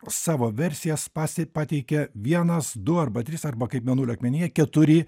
savo versiją spasi pateikia vienas du arba tris arba kaip mėnulio akmenyje keturi